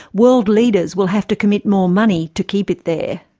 world leaders will have to commit more money to keep it there.